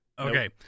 Okay